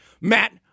Matt